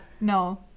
no